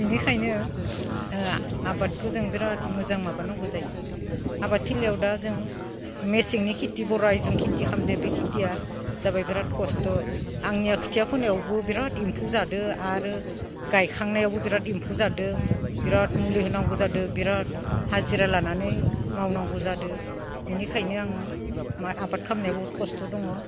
बिनिखायनो आबादखो जों बिराद मोजां माबा नांगौ जायो आबाद थिलियाव दा जों मेसेंनि खिथि बराय नों खिथि खामदों बे खिथिया जाबाय बिराद खस्थ' आंनिया खिथिया फोनायावबो बिराद एम्फौ जादो आरो गाइखांनायावबो बिराद एम्फौ जादो बिराद मुलि होनांगौ जादो बिराद हाजिरा लानानै मावनांगौ जादो बेनिखायनो आङो माइ आबाद खालामनाया खस्थ' दङ